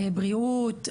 בריאות,